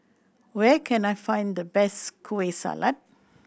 where can I find the best Kueh Salat